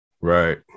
Right